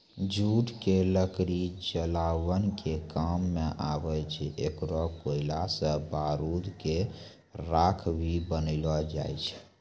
jute के लकड़ी जलावन के काम मॅ आवै छै, एकरो कोयला सॅ बारूद के राख भी बनैलो जाय छै